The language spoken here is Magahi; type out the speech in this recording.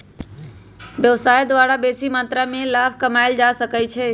व्यवसाय द्वारा बेशी मत्रा में लाभ कमायल जा सकइ छै